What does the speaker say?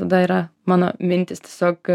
tada yra mano mintys tiesiog